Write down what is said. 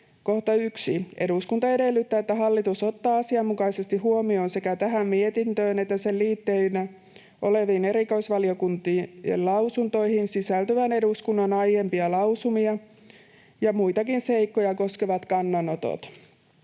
Kohta 1: ”Eduskunta edellyttää, että hallitus ottaa asianmukaisesti huomioon sekä tähän mietintöön että sen liitteinä oleviin erikoisvaliokuntien lausuntoihin sisältyvät eduskunnan aiempia lausumia ja muitakin seikkoja koskevat kannanotot.”